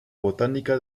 botánica